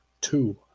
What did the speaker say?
two